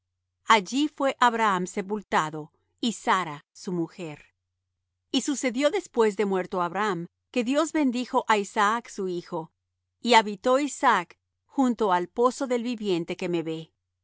allí fué abraham sepultado y sara su mujer y sucedió después de muerto abraham que dios bendijo á isaac su hijo y habitó isaac junto al pozo del viviente que me ve